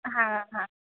हँ हँ